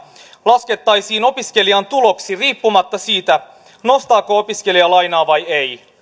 laskettaisiin opiskelijan tuloksi riippumatta siitä nostaako opiskelija lainaa vai ei